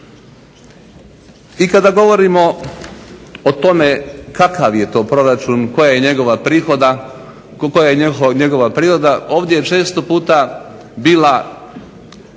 I kada govorimo o tome kakav je to proračun, koja je njegova priroda ovdje je često puta bila